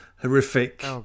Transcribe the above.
horrific